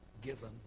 given